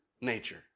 nature